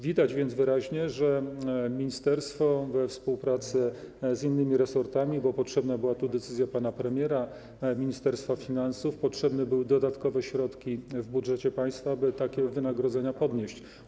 Widać więc wyraźnie, że ministerstwo działało we współpracy z innymi resortami, bo potrzebna była tu decyzja pana premiera, Ministerstwa Finansów, potrzebne były dodatkowe środki w budżecie państwa, aby takie wynagrodzenia podnieść.